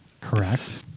correct